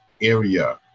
area